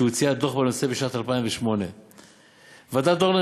שהוציאה דוח בנושא בשנת 2008. ועדת דורנר